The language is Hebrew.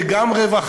העוני זה גם בריאות,